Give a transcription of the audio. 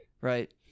right